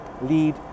lead